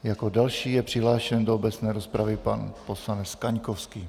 Jako další je přihlášen do obecné rozpravy pan poslanec Kaňkovský.